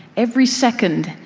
every second,